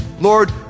Lord